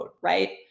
right